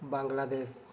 Bangladesh